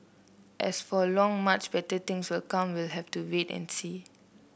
as for long much better things will become we'll have to wait and see